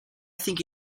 think